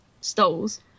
stoles